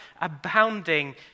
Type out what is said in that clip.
abounding